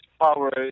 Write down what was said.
power